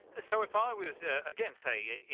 so if i was again, say, yeah